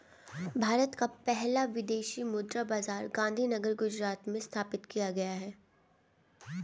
भारत का पहला विदेशी मुद्रा बाजार गांधीनगर गुजरात में स्थापित किया गया है